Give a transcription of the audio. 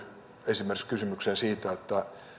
esimerkiksi kysymykseen siitä